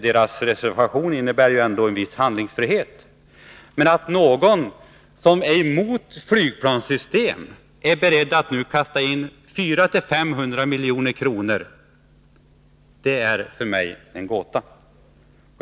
Deras reservation innebär ju en viss handlingsfrihet. Men att någon som är emot flygplanssystem är beredd att nu kasta in 400-500 milj.kr. är för mig en gåta.